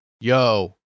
yo